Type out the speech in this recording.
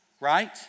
right